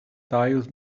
tiles